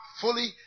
fully